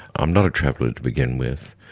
i'm not a traveller to begin with.